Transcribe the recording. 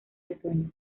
otoño